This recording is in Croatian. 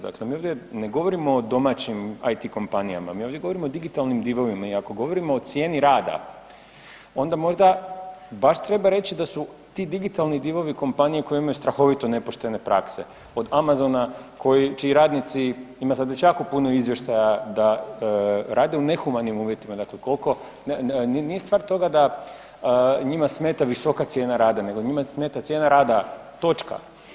Dakle, ovdje ne govorimo o domaćim IT kompanijama, mi ovdje govorimo o digitalnim divovima i ako govorimo o cijeni rada onda možda baš treba reći da su ti digitalni divovi kompanije koje imaju strahovito nepoštene prakse, od „Amazona“ čiji radnici, ima sad već jako puno izvještaja da rade u nehumanim uvjetima, dakle kolko, nije stvar toga da njima smeta visoka cijena rada, nego njima smeta cijena rada, točka.